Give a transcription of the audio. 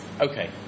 Okay